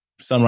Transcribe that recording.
sunrise